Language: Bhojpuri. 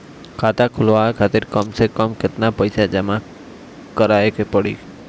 खाता खुलवाये खातिर कम से कम केतना पईसा जमा काराये के पड़ी?